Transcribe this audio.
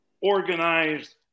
organized